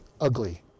ugly